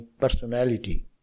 personality